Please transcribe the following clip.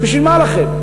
בשביל מה לכם?